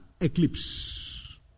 eclipse